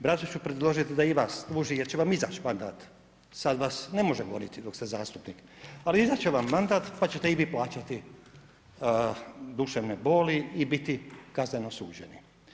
Bratu ću predložiti da i vas tuži jer će vam izać mandat, sad vas ne može goniti dok ste zastupnik, ali izaći će vam mandat pa ćete i vi plaćati duševne boli i biti kazneno suđeni.